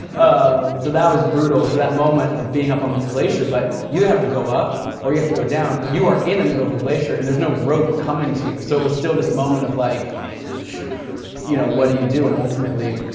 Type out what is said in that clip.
so that was brutal. so that moment of being up on this glacier, but you have to go up or you have to go down. you are in the middle of a glacier and there's no rope coming to you. so it was still this moment of like you know what do you do. and ultimately,